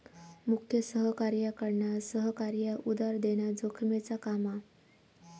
मुख्य सहकार्याकडना सहकार्याक उधार देना जोखमेचा काम हा